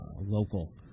local